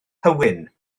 hywyn